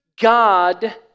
God